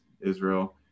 Israel